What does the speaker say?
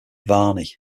varney